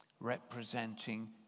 representing